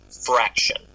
fraction